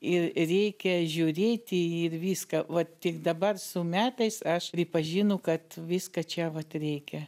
ir reikia žiūrėti ir viską va tik dabar su metais aš pripažinu kad viską čia vat reikia